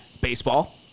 baseball